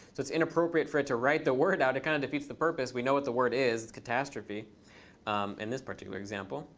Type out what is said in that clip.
it's it's inappropriate for it to write the word out. it kind of defeats the purpose. we know what the word is it's catastrophe in this particular example,